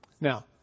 now